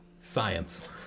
science